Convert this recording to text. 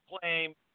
claim